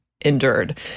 endured